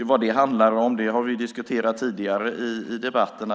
Vad det handlar om har vi diskuterat tidigare i debatterna.